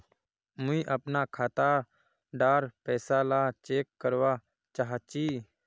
मुई अपना खाता डार पैसा ला चेक करवा चाहची?